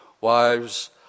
wives